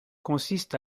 consiste